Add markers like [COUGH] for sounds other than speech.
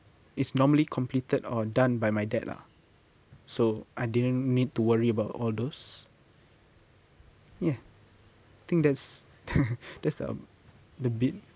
it's normally completed or done by my dad lah so I didn't need to worry about all those ya think that's [LAUGHS] that's the the bit